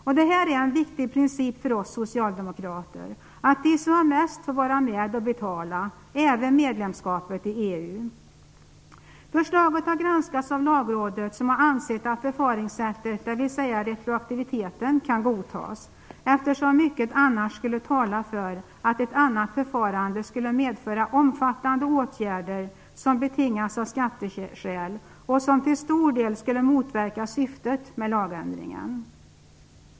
Och det är en viktig princip för oss socialdemokrater att de som har mest får vara med och betala, även medlemskapet i EU. Förslaget har granskats av Lagrådet som har ansett att förfaringssättet, dvs. retroaktiviteten, kan godtas eftersom mycket annars skulle tala för att ett annat förfarande skulle medföra omfattande åtgärder som betingas av skatteskäl och som till stor del skulle motverka syftet med lagändringen.